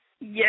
Yes